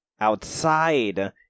outside